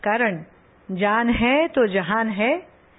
कारण जान है तो जहान है